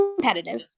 competitive